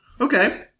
okay